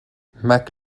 mac